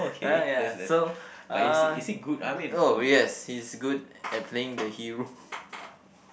ya ya so uh oh yes he's good at playing the hero